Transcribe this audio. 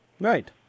Right